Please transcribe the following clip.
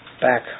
back